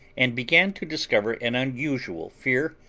and began to discover an unusual fear,